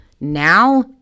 now